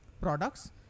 products